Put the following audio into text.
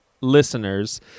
listeners